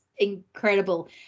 incredible